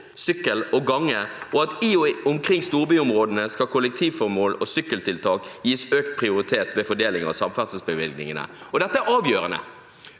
sykkel og gange, og at i og omkring storbyområdene skal kollektivformål og sykkeltiltak gis økt prioritet ved fordeling av samferdselsbevilgningene.» Dette er avgjørende.